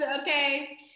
Okay